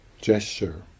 gesture